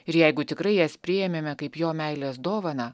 ir jeigu tikrai jas priėmėme kaip jo meilės dovaną